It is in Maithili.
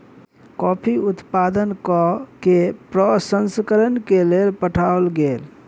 कॉफ़ी उत्पादन कय के प्रसंस्करण के लेल पठाओल गेल